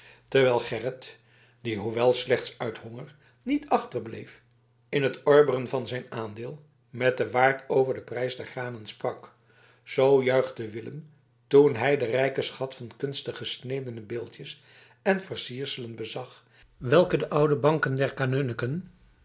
terwijl gerrit die hoewel slechts uit honger niet achterbleef in het orberen van zijn aandeel met den waard over den prijs der granen sprak zoo juichte willem toen hij den rijken schat van kunstig gesnedene beeldjes en versierselen bezag welke de oude banken der